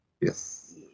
Yes